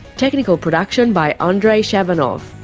technical production by andrei shabunov,